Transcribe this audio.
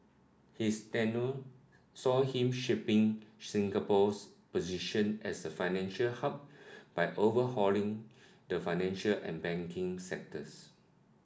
his tenure saw him shaping Singapore's position as a financial hub by overhauling the financial and banking sectors